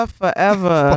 forever